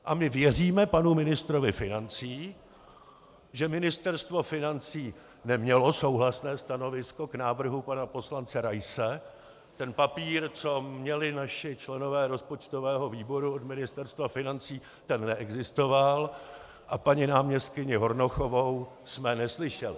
A my věříme panu ministrovi financí, že Ministerstvo financí nemělo souhlasné stanovisko k návrhu pana poslance Raise, ten papír, co měli naši členové rozpočtového výboru od Ministerstva financí, ten neexistoval a paní náměstkyni Hornochovou jsme neslyšeli.